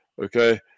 Okay